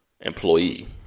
employee